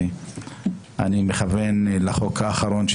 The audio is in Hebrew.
ואני מכוון לחוק האחרון,